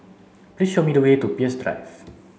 please show me the way to Peirce Drive